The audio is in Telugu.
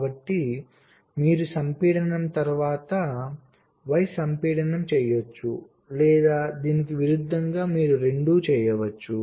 కాబట్టి మీరు X సంపీడనం తరువాత Y సంపీడనం చేయవచ్చు లేదా దీనికి విరుద్ధంగా మీరు రెండూ చేయవచ్చు